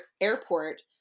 airport